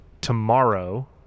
tomorrow